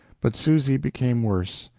but susy became worse,